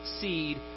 seed